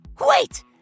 Wait